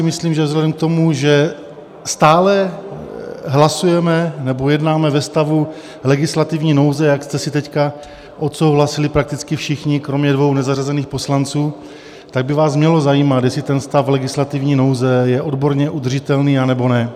Myslím si, že vzhledem k tomu, že stále hlasujeme nebo jednáme ve stavu legislativní nouze jak jste si teď odsouhlasili prakticky všichni kromě dvou nezařazených poslanců tak by vás mělo zajímat, jestli ten stav legislativní nouze je odborně udržitelný, anebo ne.